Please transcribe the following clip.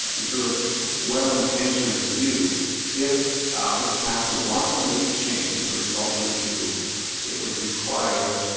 your well-intentioned review if this council wants to make a change as a result of a view it would require